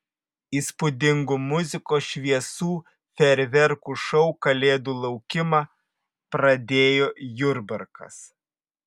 įspūdingu muzikos šviesų fejerverkų šou kalėdų laukimą pradėjo jurbarkas